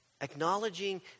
Acknowledging